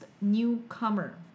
Newcomer